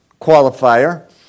Qualifier